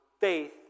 faith